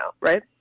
right